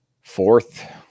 fourth